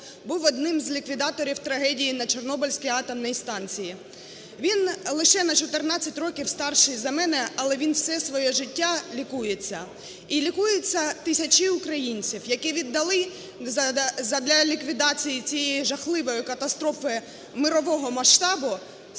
був одним з ліквідаторів трагедії на Чорнобильській атомній станції. Він лише на 14 років старший за мене, але він все своє життя лікується. І лікуються тисячі українців, які віддали задля ліквідації цієї жахливої катастрофи мирового масштабу саме